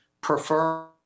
prefer